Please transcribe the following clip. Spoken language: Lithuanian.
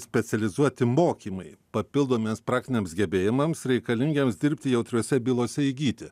specializuoti mokymai papildomiems praktiniams gebėjimams reikalingiems dirbti jautriose bylose įgyti